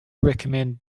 recommend